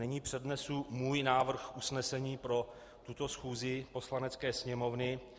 Nyní přednesu svůj návrh usnesení pro tuto schůzi Poslanecké sněmovny.